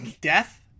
death